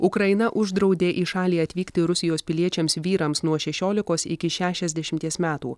ukraina uždraudė į šalį atvykti rusijos piliečiams vyrams nuo šešiolikos iki šešiasdešimties metų